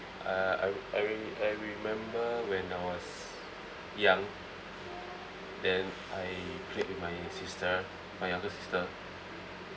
uh I I re~ I remember when I was young then I played with my sister my younger sister